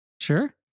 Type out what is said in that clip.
Sure